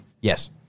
Yes